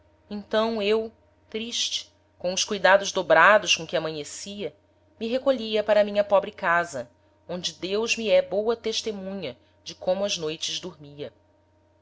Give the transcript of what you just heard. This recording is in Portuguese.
então eu triste com os cuidados dobrados com que amanhecia me recolhia para a minha pobre casa onde deus me é boa testemunha de como as noites dormia